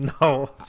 No